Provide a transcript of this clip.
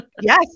Yes